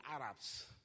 Arabs